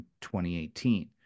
2018